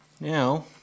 Now